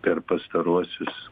per pastaruosius